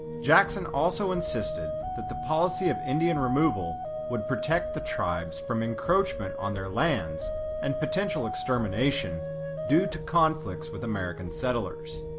jackson also insisted that the policy of indian removal would protect the tribes from encroachment on their lands and potential extermination due to conflicts with american settlers.